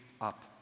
up